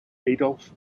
adolf